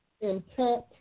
intent